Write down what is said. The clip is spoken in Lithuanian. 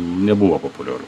nebuvo populiaru